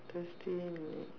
thursday late